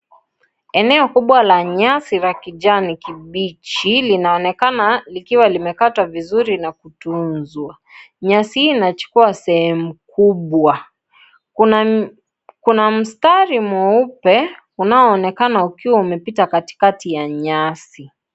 Eneo kubwa la nyasi la kijani kibichi linaonekana likiwa limekatwa vizuri na kutunzwa , nyasi hii imechukua sehemu kubwa ,kuna msitari mweupe unaoonekana ukiwa umepita katikati ya nyasi.